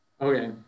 Okay